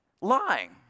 lying